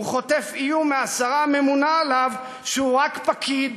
הוא חוטף איום מהשרה הממונה עליו ש"הוא רק פקיד",